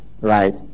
right